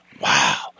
wow